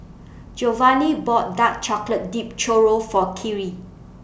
Jovani bought Dark Chocolate Dipped Churro For Kyree